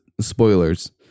spoilers